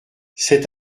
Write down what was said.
cet